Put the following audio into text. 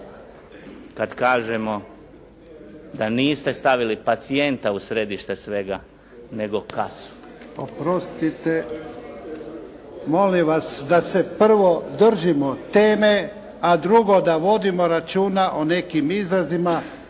kada kažemo da niste stavili pacijenta u središte svega, nego kasu. **Jarnjak, Ivan (HDZ)** Oprostite, molim vas da se prvo držimo teme, a drugo vodimo računa o nekim izrazima,